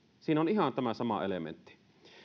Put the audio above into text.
siinä on ihan tämä sama elementti